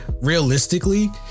realistically